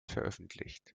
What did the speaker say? veröffentlicht